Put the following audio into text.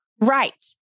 Right